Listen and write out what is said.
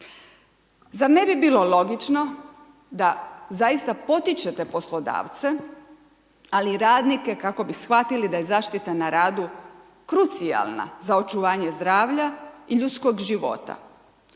Zar ne bi bilo logično da zaista potičete poslodavce ali i radnike kako bi shvatili da je zaštita na radu krucijalna za očuvanje zdravlja i ljudskog života